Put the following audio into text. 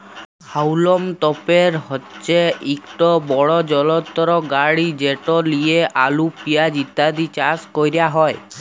হাউলম তপের হছে ইকট বড় যলত্র গাড়ি যেট লিঁয়ে আলু পিয়াঁজ ইত্যাদি চাষ ক্যরা হ্যয়